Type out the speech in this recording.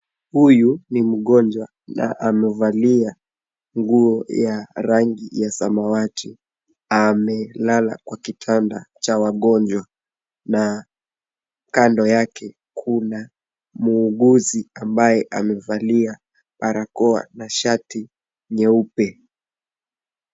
Huyu ni mgonjwa na amevalia nguo ya rangi ya samawati na amelala kwa kitanda cha wagonjwa na kando yake kuna muuguzi ambaye amevalia barakoa na shati nyeupe.